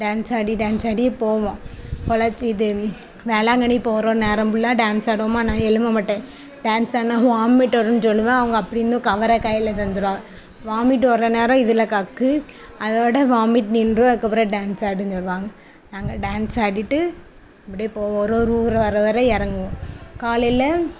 dance ஆடி dance ஆடி போகுவோம் பொள்ளாச்சி தேனி வேளாங்கண்ணி போகிற நேரம் ஃபுல்லாக டான்ஸ் ஆடுவோமா நான் எழும்பமாட்டேன் டான்ஸ் ஆடினா வாமிட் வரும்னு சொல்லுவேன் அவங்க அப்படி இருந்தும் கவரை கையில தந்திருவாக வாமிட் வர்ற நேரம் இதில் கக்கு அதோட வாமிட் நின்றுடும் அதுக்கப்புறம் டான்ஸ் ஆடுன்னு சொல்லுவாங்க நாங்கள் டான்ஸ் ஆடிகிட்டு அப்படியே போவோம் ஒரு ஒரு ஊர் வர வர இறங்குவோம் காலையில்